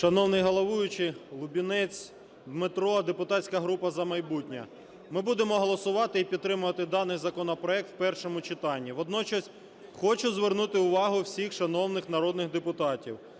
Шановний головуючий! Лубінець Дмитро, депутатська група "За майбутнє". Ми будемо голосувати і підтримувати даний законопроект в першому читанні. Водночас хочу звернути увагу всіх шановних народних депутатів,